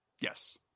Yes